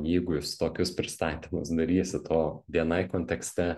jeigu jūs tokius pristatymus darysit o bni kontekste